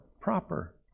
proper